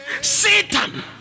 Satan